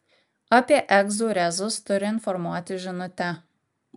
apie egzų rezus turi informuoti žinute